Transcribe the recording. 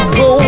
go